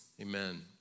Amen